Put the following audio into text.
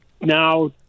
now